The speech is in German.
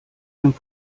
dem